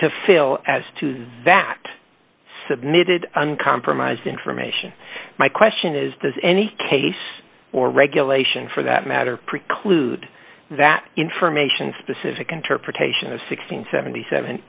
to fill as to the vat submitted uncompromised information my question is does any case or regulation for that matter preclude that information specific interpretation of six hundred and seventy seven